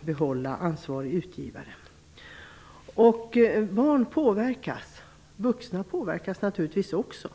behålla en ansvarig utgivare. Barn påverkas. Vuxna påverkas naturligtvis också.